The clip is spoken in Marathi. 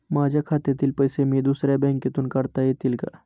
माझ्या खात्यातील पैसे मी दुसऱ्या बँकेतून काढता येतील का?